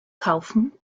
kaufen